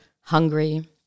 hungry